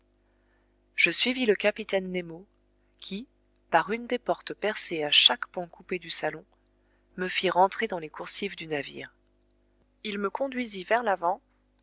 je suivis le capitaine nemo qui par une des portes percées à chaque pan coupé du salon me fit rentrer dans les coursives du navire il me conduisit vers l'avant